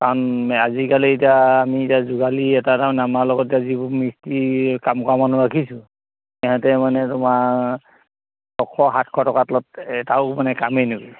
কাৰণ আজিকালি এতিয়া আমি এতিয়া যোগালী এটা তাৰমানে আমাৰ লগত এতিয়া যিবোৰ মিস্ত্ৰীৰ কাম কৰা মানুহ ৰাখিছোঁ সিহঁতে মানে তোমাৰ ছশ সাতশ টকাৰ তলত এটাও মানে কামেই নকৰে